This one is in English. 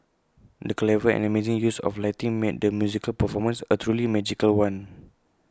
the clever and amazing use of lighting made the musical performance A truly magical one